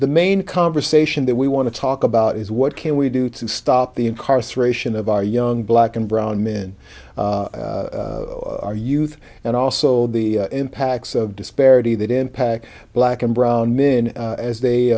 the main conversation that we want to talk about is what can we do to stop the incarceration of our young black and brown in our youth and also the impacts of disparity that impacts black and brown men as they